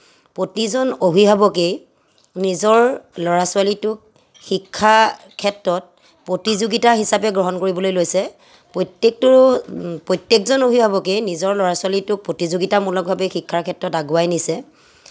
প্ৰতিজন অভিভাৱকেই নিজৰ ল'ৰা ছোৱালীটোক শিক্ষাৰ ক্ষেত্ৰত প্ৰতিযোগিতা হিচাপে গ্ৰহণ কৰিবলৈ লৈছে প্ৰত্যেকটো প্ৰত্যেকজন অভিভাৱকেই নিজৰ ল'ৰা ছোৱালীটোক প্ৰতিযোগিতামূলক ভাৱে শিক্ষাৰ ক্ষেত্ৰত আগুৱাই নিছে